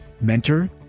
mentor